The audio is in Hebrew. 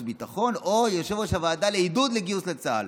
והביטחון או יושב-ראש הוועדה לעידוד לגיוס לצה"ל.